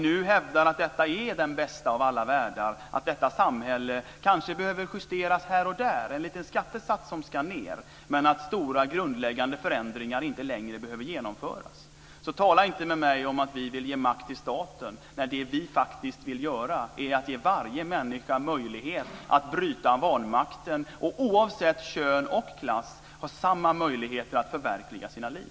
Nu hävdar ni att denna värld är den bästa av alla världar och att detta samhälle kanske behöver justeras här och där, med en liten skattesats som ska ned, men att stora grundläggande förändringar inte längre behöver genomföras. Så tala inte med mig om att vi vill ge makt till staten när det som vi faktiskt vill är att ge varje människa möjlighet att bryta vanmakten och ge dem, oavsett kön och klass, samma möjligheter att förverkliga sina liv.